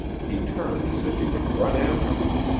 he turned as if he would run after her.